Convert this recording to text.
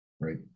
Right